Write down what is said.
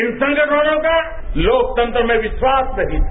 इन संगठनों का लोकतंत्र में विश्वास नहीं था